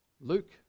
Luke